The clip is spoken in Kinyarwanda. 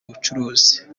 ubucuruzi